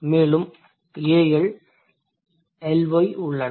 மேலும் al ly உள்ளன